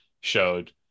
showed